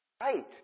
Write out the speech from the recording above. right